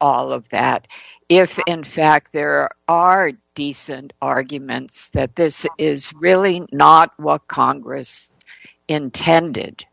all of that if in fact there are decent arguments that this is really not walk congress intended